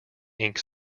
ink